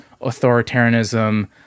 authoritarianism